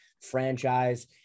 franchise